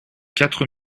quatre